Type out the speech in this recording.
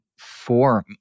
form